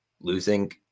losing